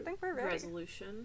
resolution